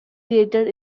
dated